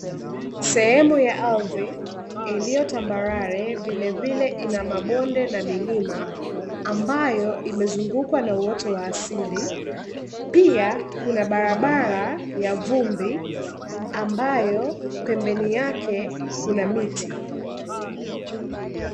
Sehemu ya ardhi iliyo tambarare vilevile ina mabonde na milima, ambayo imezungukwa na uoto wa asili. Pia kuna barabara ya vumbi, ambayo pembeni yake kuna miti.